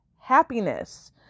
happiness